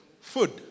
Food